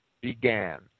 began